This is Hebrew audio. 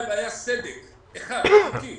שהיה סדק אחד חוקי.